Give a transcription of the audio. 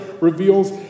reveals